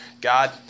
God